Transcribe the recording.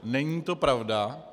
Není to pravda.